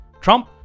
Trump